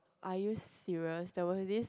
are you serious that was is it